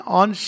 on